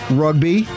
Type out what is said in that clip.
rugby